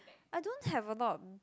I don't have a lot of